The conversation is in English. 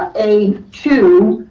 a two.